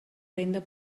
renda